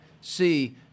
see